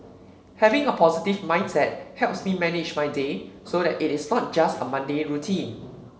having a positive mindset helps me manage my day so that it is not just a mundane routine